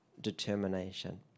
determination